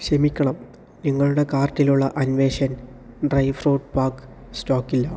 ക്ഷമിക്കണം നിങ്ങളുടെ കാർട്ടിലുള്ള അൻവേശൻ ഡ്രൈ ഫ്രൂട്ട് പാക്ക് സ്റ്റോക്കില്ല